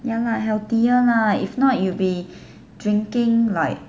ya right healthier lah if not you'll be drinking like